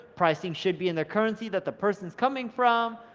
pricing should be in the currency that the person's coming from,